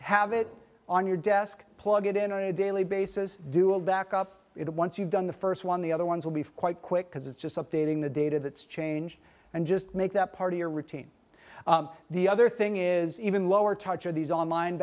have it on your desk plug it in a daily basis do a back up it once you've done the first one the other ones will be quite quick because it's just updating the data that's changed and just make that part of your routine the other thing is even lower touch are these online